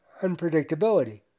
unpredictability